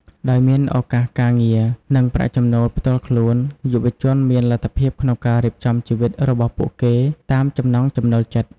ដោយមានឱកាសការងារ និងប្រាក់ចំណូលផ្ទាល់ខ្លួន យុវជនមានលទ្ធភាពក្នុងការរៀបចំជីវិតរបស់ពួកគេតាមចំណង់ចំណូលចិត្ត។